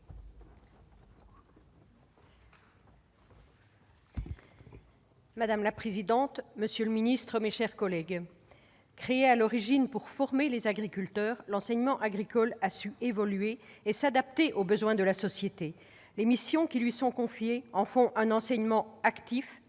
Madame la présidente, monsieur le ministre, mes chers collègues, créé à l'origine pour former les agriculteurs, l'enseignement agricole a su évoluer et s'adapter aux besoins de la société. Les missions qui lui sont confiées en font un enseignement actif,